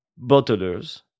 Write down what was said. bottlers